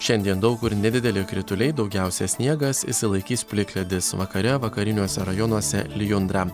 šiandien daug kur nedideli krituliai daugiausia sniegas išsilaikys plikledis vakare vakariniuose rajonuose lijundra